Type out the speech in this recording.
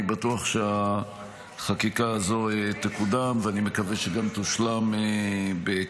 אני בטוח שהחקיקה הזאת תקודם ואני מקווה שגם תושלם בהקדם.